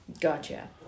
Gotcha